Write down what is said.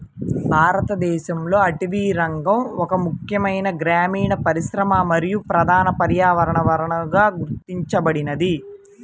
భారతదేశంలో అటవీరంగం ఒక ముఖ్యమైన గ్రామీణ పరిశ్రమ మరియు ప్రధాన పర్యావరణ వనరుగా గుర్తించబడింది